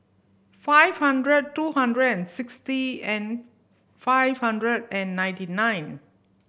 five hundred two hundred and sixty and five hundred and ninety nine